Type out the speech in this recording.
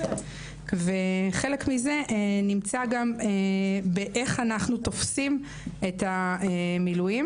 וחלק מזה נמצא גם באיך אנחנו תופסים את המילואים